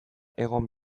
egon